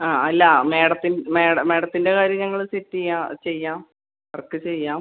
ആ അല്ല മാഡത്തിൻ മാഡം മാഡത്തിൻ്റെ കാര്യം ഞങ്ങൾ സെറ്റ് ചെയ്യാം ചെയ്യാം വർക്ക് ചെയ്യാം